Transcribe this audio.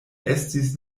estis